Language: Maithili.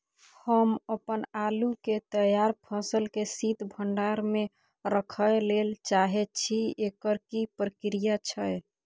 हम अपन आलू के तैयार फसल के शीत भंडार में रखै लेल चाहे छी, एकर की प्रक्रिया छै?